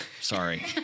sorry